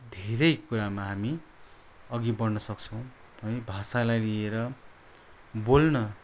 धेरै कुरामा हामी अघि बढ्न सक्छौँ है भाषालाई लिएर बोल्न